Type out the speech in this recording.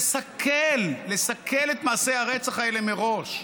לסכל, לסכל את מעשי הרצח האלה מראש.